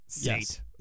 Yes